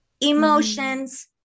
emotions